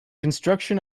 construction